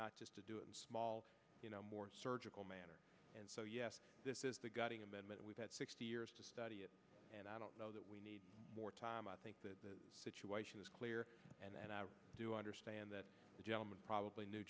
not just to do it in small you know more surgical manner and so yes this is the gutting amendment we've had sixty years to study it and i don't know that we need more time i think that the situation is clear and i do understand that the gentleman probably knew